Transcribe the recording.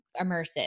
immersive